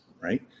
right